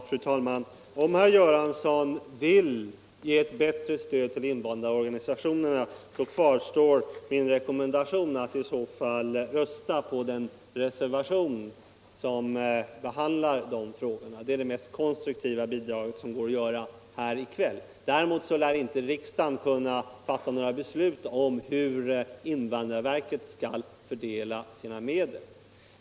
Fru talman! Om herr Göransson vill ge ett bättre stöd till invandrarorganisationerna, kvarstår min rekommendation att han i så fall skall rösta på den reservation som behandlar dessa frågor. Det är det mest konstruktiva som går att göra här i kväll. Däremot lär riksdagen inte kunna fatta något beslut om hur invandrarverket skall fördela sina medel.